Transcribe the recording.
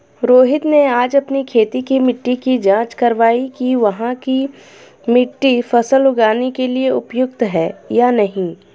रोहित ने आज अपनी खेत की मिट्टी की जाँच कारवाई कि वहाँ की मिट्टी फसल उगाने के लिए उपयुक्त है या नहीं